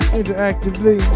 interactively